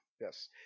Yes